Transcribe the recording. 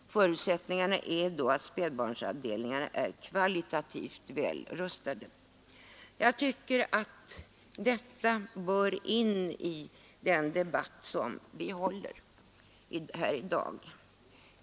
Ett villkor är då att spädbarnsavdelningarna är kvalitativt väl rustade. Jag tror att detta bör komma in i den debatt som vi för här i dag.